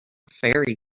fairy